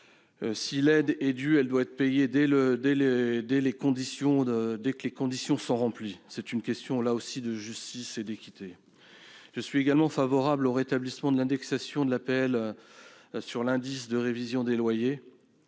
si l'aide est due, elle doit être payée dès que les conditions sont remplies. C'est là aussi une question de justice et d'équité. Je suis également favorable au rétablissement de l'indexation de l'APL sur l'indice de révision des loyers.